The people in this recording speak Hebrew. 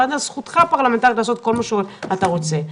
זכותך הפרלמנטרית לעשות כל מה שאתה רוצה,